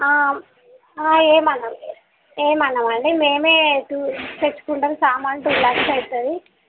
ఏమి అనం ఏమి అనమండి మేమే టూ తెచ్చుకుంటాం సామా ను టూ లాక్స్ అవుతుంది